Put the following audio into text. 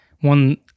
one